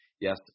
Yes